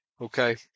Okay